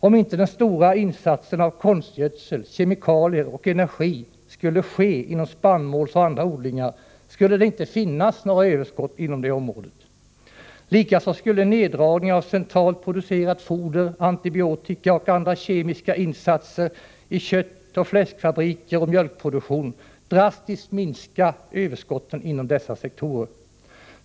Om inte den stora insatsen av konstgödsel, kemikalier och energi skulle ske inom spannmålsoch andra odlingar, skulle det inte finnas några överskott inom det området. Likaså skulle en neddragning av centralt producerat foder, antibiotika och andra kemiska insatser i köttoch fläskfabriker och vid mjölkproduktion drastiskt minska överskotten inom dessa sektorer.